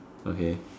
okay